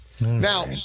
Now